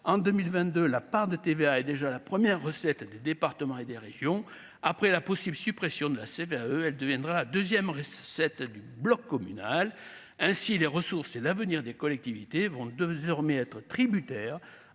en 2022, la part de TVA et déjà la première recettes des départements et des régions après la possible suppression de la CVAE, elle deviendra la 2ème du bloc communal ainsi les ressources et l'avenir des collectivités vont 2 heures mais être tributaire